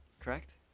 Correct